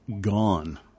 gone